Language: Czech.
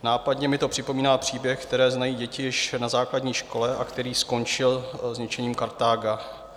Nápadně mi to připomíná příběh, který znají děti již na základní škole a který skončil zničením Kartága.